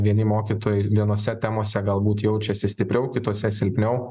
vieni mokytojai vienose temose galbūt jaučiasi stipriau kitose silpniau